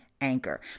Anchor